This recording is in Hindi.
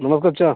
नमस्कार चा